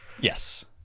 Yes